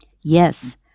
Yes